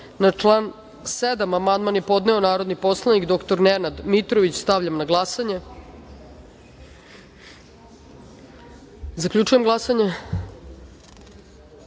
član 7. amandman je podneo narodni poslanik dr Nenad Mitrović. Stavljam na glasanje. Zaključujem glasanje: